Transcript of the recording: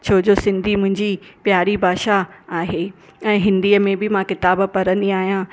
छो जो सिंधी मुंहिंजी प्यारी भाषा आहे ऐं हिंदीअ में बि मां क़िताबु पढ़ंदी आहियां